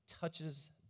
touches